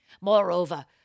Moreover